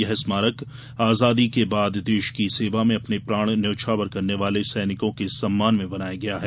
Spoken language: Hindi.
यह स्मामरक आजादी के बाद देश की सेवा में अपने प्राण न्यौछावर करने वाले सैनिकों के सम्मान में बनाया गया है